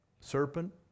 serpent